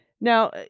Now